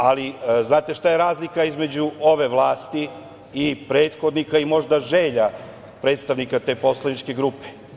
Ali, znate šta je razlika između ove vlasti i prethodnika i možda želja predstavnika te poslaničke grupe?